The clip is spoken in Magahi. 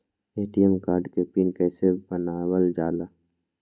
ए.टी.एम कार्ड के पिन कैसे बनावल जाला?